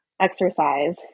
exercise